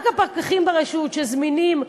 רק הפקחים ברשות, שזמינים ונמצאים,